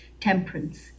temperance